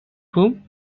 whom